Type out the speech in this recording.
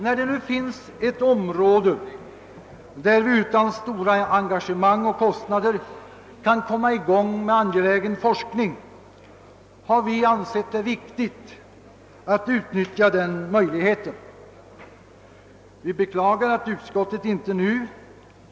När det nu finns ett område där vi utan stora engagemang och kostnader kan få i gång en angelägen forskning, så har vi ansett det viktigt att utnyttja den möjligheten. Vi beklagar att utskottet inte nu har.